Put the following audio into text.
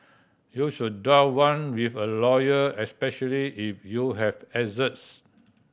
you should draft one with a lawyer especially if you have asserts